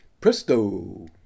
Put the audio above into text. Presto